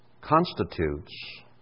constitutes